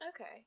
Okay